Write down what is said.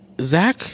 Zach